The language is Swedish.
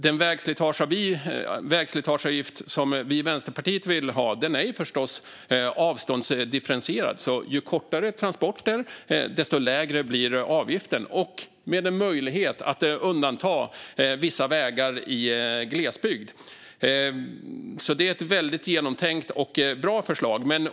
Den vägslitageavgift som vi i Vänsterpartiet vill ha är förstås avståndsdifferentierad, så ju kortare transporten är, desto lägre blir avgiften. Det finns också en möjlighet att undanta vissa vägar i glesbygd. Det är alltså ett väldigt genomtänkt och bra förslag.